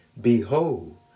Behold